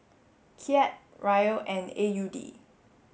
Kyat Riel and A U D